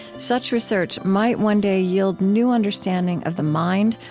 such research might one day yield new understanding of the mind,